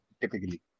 typically